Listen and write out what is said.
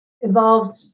involved